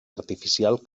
artificial